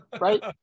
right